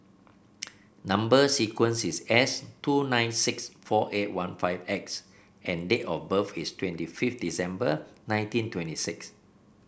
number sequence is S two nine six four eight one five X and date of birth is twenty fifth December nineteen twenty six